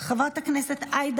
חבר הכנסת איימן עודה,